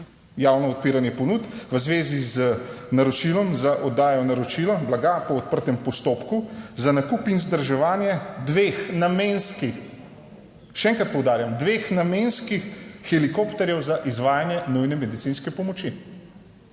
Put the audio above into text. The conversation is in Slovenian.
javno odpiranje ponudb v zvezi z naročilom za oddajo naročila blaga po odprtem postopku za nakup in vzdrževanje dveh namenskih, še enkrat poudarjam, dveh namenskih helikopterjev za izvajanje nujne medicinske pomoči.